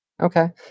Okay